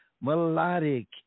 melodic